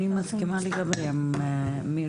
אני מסכימה עם מירי.